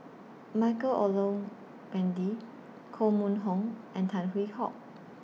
Michael Olcomendy Koh Mun Hong and Tan Hwee Hock